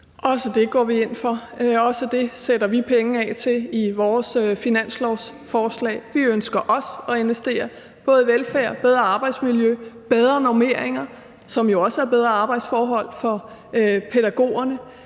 Også det går vi ind for, og også det sætter vi penge af til i vores finanslovsforslag. Vi ønsker også at investere, både i velfærd, i bedre arbejdsmiljø og i bedre normeringer, som jo også er bedre arbejdsforhold for pædagogerne.